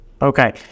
Okay